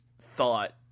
thought